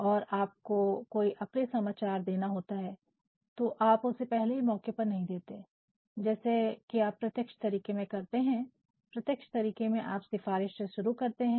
और आपको कोई अप्रिय समाचार देना होता है तो आप उसे पहले ही मौके पर नहीं देते हैं जैसे कि आप प्रत्यक्ष तरीके में करते हैं प्रत्यक्ष तरीके में आप सिफारिश से शुरुआत करते हैं